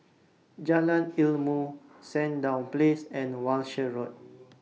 Jalan Ilmu Sandown Place and Walshe Road